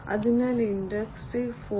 അതിനാൽ ഇൻഡസ്ട്രി 4